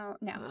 no